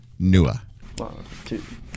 Nua